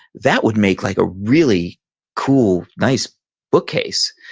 that would make like a really cool, nice bookcase.